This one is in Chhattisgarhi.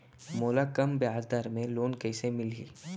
मोला कम ब्याजदर में लोन कइसे मिलही?